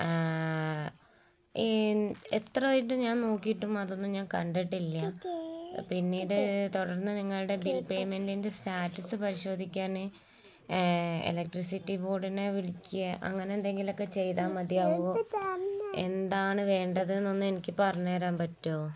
എത്രയായിട്ടും ഞാൻ നോക്കിയിട്ടും അതൊന്നും ഞാൻ കണ്ടിട്ടില്ല പിന്നീട് തുടർന്ന് നിങ്ങളുടെ ബിൽ പേയ്മെൻറിൻ്റെ സ്റ്റാറ്റസ് പരിശോധിക്കാന് എലക്ട്രിസിറ്റി ബോർഡിനെ വിളിക്കുകയോ അങ്ങനെ എന്തെങ്കിലുമൊക്കെ ചെയ്താല് മതിയാകുമോ എന്താണ് വേണ്ടതെന്നൊന്ന് എനിക്ക് പറഞ്ഞുതരാൻ പറ്റുമോ